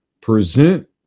present